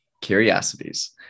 Curiosities